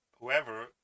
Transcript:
whoever